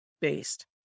based